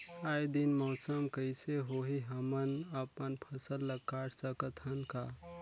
आय दिन मौसम कइसे होही, हमन अपन फसल ल काट सकत हन का?